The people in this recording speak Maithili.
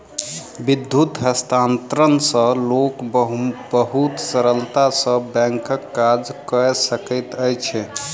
विद्युत हस्तांतरण सॅ लोक बहुत सरलता सॅ बैंकक काज कय सकैत अछि